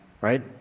Right